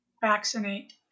vaccinate